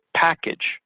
package